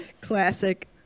Classic